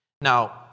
Now